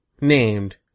named